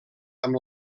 amb